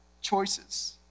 choices